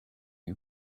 who